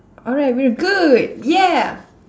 alright we're good yeah